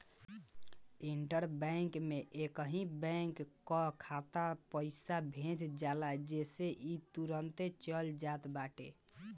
inter bank में एकही bank कअ खाता में पईसा भेज जाला जेसे इ तुरंते चल जात बाटे